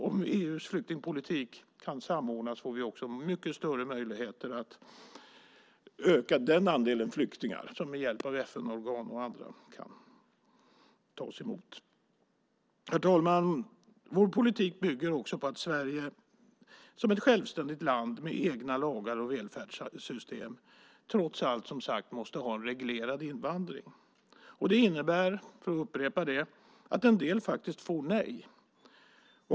Om EU:s flyktingpolitik kan samordnas får vi också mycket större möjligheter att öka den andel flyktingar som med hjälp av FN-organ och andra kan tas emot. Fru talman! Vår politik bygger också på att Sverige som ett självständigt land med egna lagar och välfärdssystem trots allt, som sagt, måste ha en reglerad invandring. Det innebär, för att upprepa det, att en del får nej.